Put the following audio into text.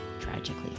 tragically